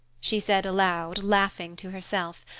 she said aloud, laughing to herself.